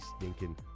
stinking